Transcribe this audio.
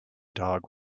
dog